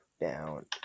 down